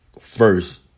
first